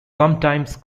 sometimes